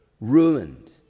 ruined